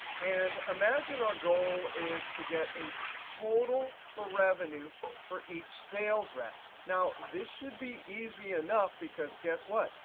and imagine our goal is to get a total for revenue for each sales rep. now, this should be easy enough, because guess what,